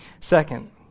Second